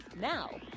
Now